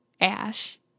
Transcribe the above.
Ash